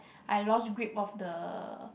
I lost grip of the